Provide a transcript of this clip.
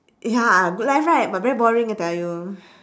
ya good life right but very boring I tell you